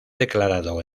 declarado